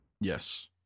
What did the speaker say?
Yes